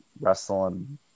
wrestling